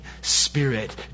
Spirit